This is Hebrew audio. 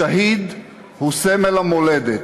השהיד הוא סמל המולדת.